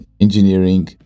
engineering